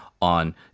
On